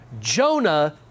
Jonah